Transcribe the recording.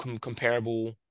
comparable